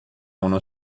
uno